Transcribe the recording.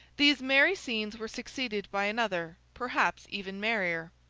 these merry scenes were succeeded by another, perhaps even merrier.